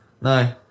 No